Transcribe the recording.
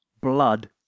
blood